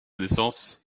naissance